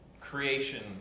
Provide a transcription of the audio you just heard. creation